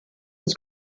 was